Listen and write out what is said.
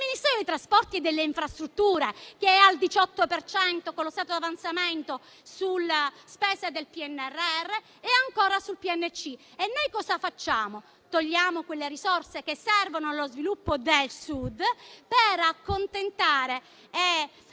del Ministero dei trasporti e delle infrastrutture, che è al 18 per cento dello stato d'avanzamento della spesa del PNRR e, ancora, del PNC. E noi cosa facciamo? Togliamo quelle risorse che servono allo sviluppo del Sud per accontentare e far